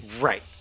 Right